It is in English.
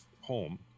home